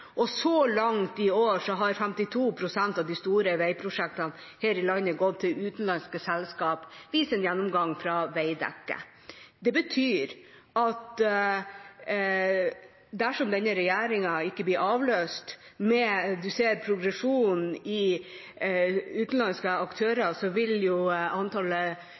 2020. Så langt i år har 52 pst. av de store veiprosjektene her i landet gått til utenlandske selskap, viser en gjennomgang fra Veidekke. Det betyr at dersom denne regjeringa ikke blir avløst, med redusert progresjon i antall utenlandske aktører, vil antallet